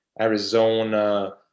Arizona